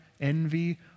envy